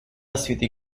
city